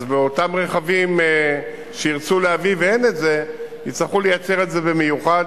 אז באותם רכבים שירצו להביא וזה לא יהיה בהם יצטרכו לייצר את זה במיוחד,